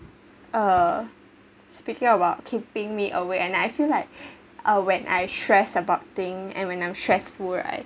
uh speaking about keeping me awake at night and I feel like when uh I stress about thing and when I'm stressful right